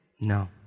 No